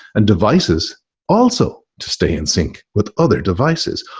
and devices also to stay in sync with other devices,